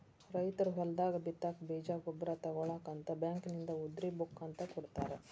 ರೈತರು ಹೊಲದಾಗ ಬಿತ್ತಾಕ ಬೇಜ ಗೊಬ್ಬರ ತುಗೋಳಾಕ ಅಂತ ಬ್ಯಾಂಕಿನಿಂದ ಉದ್ರಿ ಬುಕ್ ಅಂತ ಕೊಡತಾರ